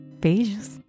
Beijos